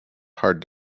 hard